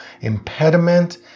impediment